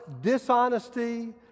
dishonesty